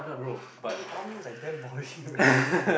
army army is like damn boring right